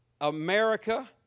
America